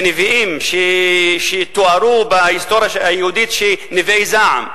ונביאים שתוארו בהיסטוריה היהודית כנביאי זעם,